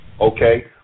Okay